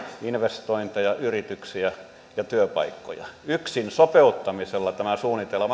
investointeja yrityksiä ja työpaikkoja yksin sopeuttamisella tämä suunnitelma